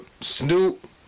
Snoop